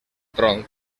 tronc